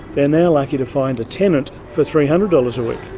they're now lucky to find a tenant for three hundred dollars a week.